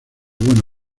buena